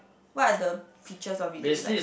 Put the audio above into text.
what are the features of it that you like